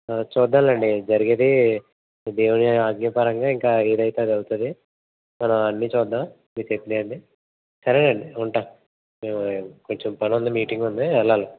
చూద్దాంలెండి జరిగేది దేవుని మీద ఆజ్ఞపరంగా ఇంకా ఏదైతే అదే అవుతుంది మనం అన్ని చూద్దాం మీరు చెప్పినవన్నీ సరే అండి ఉంటా కొంచెం పని ఉంది మీటింగ్ ఉంది వెళ్ళాలి